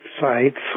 sites